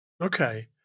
Okay